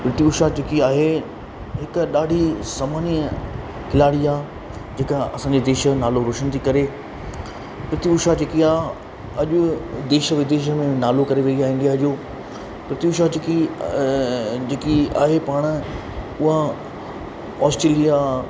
P T Usha जेकी आहे हिकु ॾाढी समानिय खिलाड़ी आहे जेका असांजो देश जो नालो रोशन थी करे पी टी ऊषा जेकी आ अॼु देश विदेश में नालो करे वई आहे इंडिया जो पी टी ऊषा जेकी आहे पाण उहा ऑस्ट्रेलिया